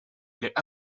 les